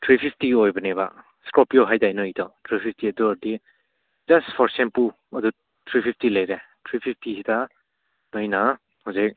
three fifty ꯑꯣꯏꯕꯅꯦꯕ Scorpio ꯍꯥꯏꯗꯥꯏ ꯅꯣꯏꯒꯤꯗꯣ ꯊ꯭ꯔꯤ ꯐꯤꯐꯇꯤ ꯑꯗꯨ ꯑꯣꯏꯔꯗꯤ ꯖꯁ ꯐꯣꯔ ꯁꯦꯝꯄꯨ ꯑꯗꯨ ꯊ꯭ꯔꯤ ꯐꯤꯐꯇꯤ ꯂꯩꯔꯦ ꯊ꯭ꯔꯤ ꯐꯤꯐꯇꯤꯁꯤꯗ ꯅꯣꯏꯅ ꯍꯧꯖꯤꯛ